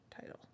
title